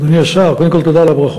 אדוני השר, קודם כול, תודה על הברכות.